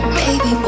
baby